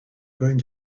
going